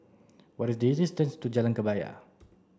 what is the distance to Jalan Kebaya